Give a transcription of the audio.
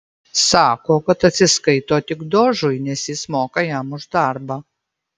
sako kad atsiskaito tik dožui nes jis moka jam už darbą